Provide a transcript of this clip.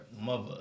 mother